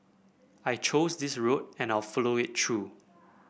I chose this road and I'll follow it through